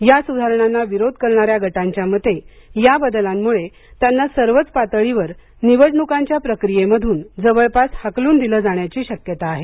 या सुधारणांना विरोध करणाऱ्या गटांच्या मते या बदलांमुळे त्यांना सर्वच पातळीवर निवडणुकांच्या प्रक्रियेमधून जवळपास हाकलून दिंलं जाण्याची शक्यता आहे